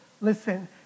Listen